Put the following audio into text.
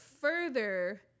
further